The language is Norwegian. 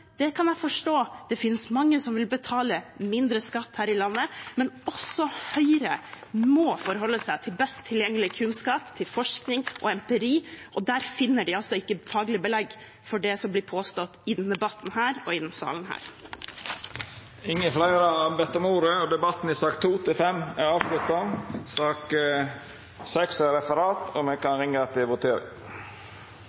kan jeg forstå, det finnes mange som vil betale mindre skatt her i landet, men også Høyre må forholde seg til best tilgjengelig kunnskap, til forskning og empiri, og der finner de altså ikke faglig belegg for det som blir påstått i denne debatten og i denne salen. Fleire har ikkje bedt om ordet til sakene nr. 2–5. Då er Stortinget klare til å gå til votering. Under debatten er